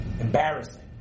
embarrassing